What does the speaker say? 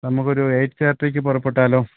നമുക്കൊരു എയ്റ്റ് തേർട്ടിക്കു പുറപ്പെട്ടാലോ